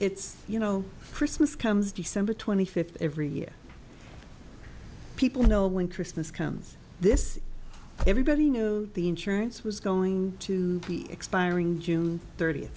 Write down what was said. it's you know christmas comes december twenty fifth every year people know when christmas comes this everybody knew the insurance was going to be expiring june thirtieth